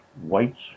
whites